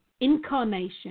incarnation